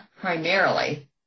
primarily